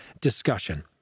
Discussion